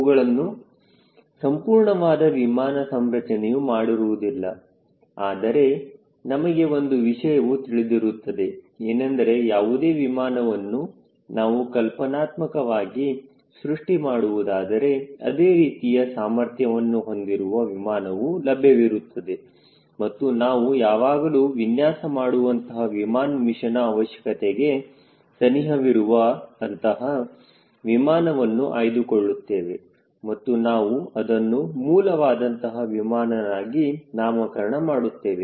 ಅವುಗಳಿಂದ ಸಂಪೂರ್ಣವಾದ ವಿಮಾನ ಸಂರಚನೆಯು ಮಾಡಿರುವುದಿಲ್ಲ ಆದರೆ ನಮಗೆ ಒಂದು ವಿಷಯವು ತಿಳಿದಿರುತ್ತದೆ ಏನೆಂದರೆ ಯಾವುದೇ ವಿಮಾನವನ್ನು ನಾವು ಕಲ್ಪನಾತ್ಮಕವಾಗಿ ಸೃಷ್ಟಿ ಮಾಡುವುದಾದರೆ ಅದೇ ರೀತಿಯ ಸಾಮರ್ಥ್ಯವನ್ನು ಹೊಂದಿರುವ ವಿಮಾನವು ಲಭ್ಯವಿರುತ್ತದೆ ಮತ್ತು ನಾವು ಯಾವಾಗಲೂ ವಿನ್ಯಾಸ ಮಾಡುವಂತಹ ವಿಮಾನ ಮಿಷನ್ ಅವಶ್ಯಕತೆಗೆ ಸನಿಹವಿರುವ ಅಂತಹ ವಿಮಾನವನ್ನು ಆಯ್ದುಕೊಳ್ಳುತ್ತೇವೆ ಮತ್ತು ನಾವು ಅದನ್ನು ಮೂಲ ವಾದಂತಹ ವಿಮಾನನಾಗಿ ನಾಮಕರಣ ಮಾಡುತ್ತೇವೆ